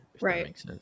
right